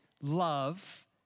love